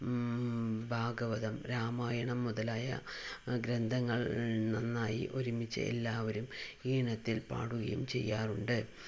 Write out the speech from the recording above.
ഭാഗവതം രാമായണം മുതലായ ഗ്രന്ഥങ്ങൾ നന്നായി ഒരുമിച്ച് എല്ലാവരും ഈണത്തിൽ പാടുകയും ചെയ്യാറുണ്ട്